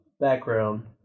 background